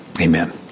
Amen